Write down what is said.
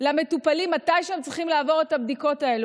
למטופלים מתי הם צריכים לעבור את הבדיקות האלה.